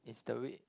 is the week